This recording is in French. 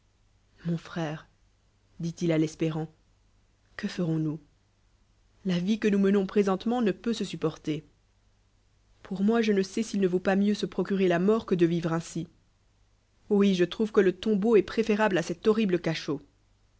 mon frère dit-il a l'espérant que ferons-nous la vie que nous ttleooas présentement ne v peut se supporter pour moi je ne sais s'a ne v'aut pas mieux se procurer la mort qlle de vivre ainsi oui je trouve que le tombeau est prélérable à cet horrible cachot